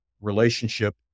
relationship